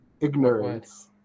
ignorance